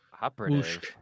operative